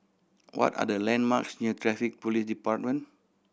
what are the landmarks near Traffic Police Department